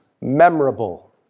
memorable